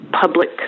public